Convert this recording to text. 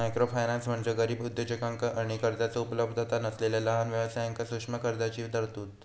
microfinance म्हणजे गरीब उद्योजकांका आणि कर्जाचो उपलब्धता नसलेला लहान व्यवसायांक सूक्ष्म कर्जाची तरतूद